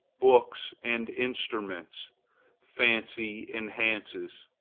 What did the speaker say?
books and instruments fancy enhances.